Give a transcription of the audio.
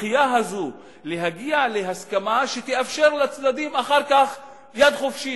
הדחייה הזאת להגיע להסכמה שתאפשר לצדדים אחר כך יד חופשית,